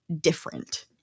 different